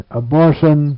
abortion